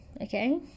okay